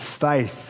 faith